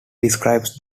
describes